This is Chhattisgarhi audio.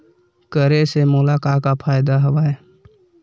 करे से मोला का का फ़ायदा हवय?